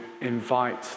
invite